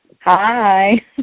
Hi